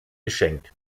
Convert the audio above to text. geschenkt